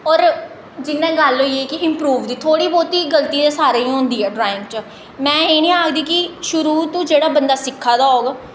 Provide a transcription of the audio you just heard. होर जि'यां गल्ल होई कि इंप्रूव दी थोह्ड़ी बौह्ती गल्ती ते सारें गी होंदी ऐ ड्राईंग च में एह् नेईं आखदी कि शुरू तो जेह्ड़ा बंदा सिक्खा दा होग